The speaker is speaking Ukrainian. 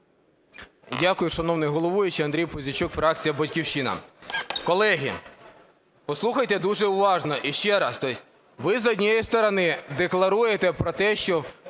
Дякую, шановний головуючий. Андрій Пузійчук, фракція "Батьківщина". Колеги, послухайте дуже уважно ще раз. Ви, з однієї сторони, декларуєте про те, що